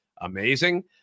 amazing